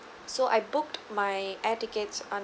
so I booked my air tickets on